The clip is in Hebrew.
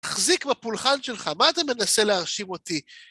תחזיק בפולחן שלך, מה אתה מנסה להרשים אותי?